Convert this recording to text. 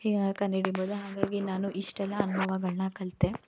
ಈಗ ಕಂಡಿಡಿಬೋದು ಹಾಗಾಗಿ ನಾನು ಇಷ್ಟೆಲ್ಲ ಅನುಭವಗಳ್ನ ಕಲಿತೆ